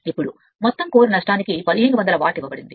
ఇప్పుడు మొత్తం కోర్ నష్టానికి 1500 వాట్ ఇవ్వబడింది